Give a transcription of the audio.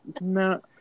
No